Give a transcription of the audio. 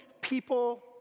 people